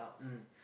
mm